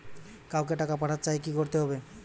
কাউকে টাকা পাঠাতে চাই কি করতে হবে?